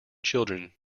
children